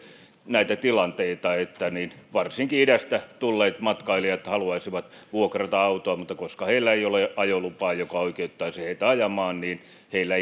näitä tilanteita että varsinkin idästä tulleet matkailijat haluaisivat vuokrata auton mutta koska heillä ei ole ajolupaa joka oikeuttaisi heitä ajamaan niin heillä